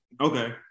Okay